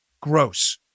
Gross